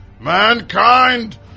Mankind